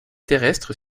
terrestre